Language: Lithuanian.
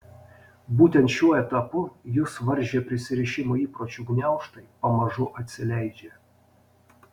būtent šiuo etapu jus varžę prisirišimo įpročių gniaužtai pamažu atsileidžia